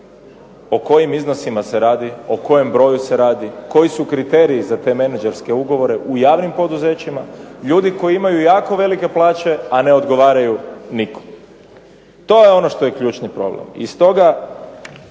o kojim iznosima se radi, o kojem broju se radi, koji su kriteriji za te menađerske ugovore u javnim poduzećima. Ljudi koji imaju jako velike plaće a ne odgovaraju nikome. To je ono što je ključni problem.